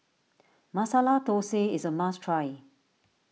Masala Thosai is a must try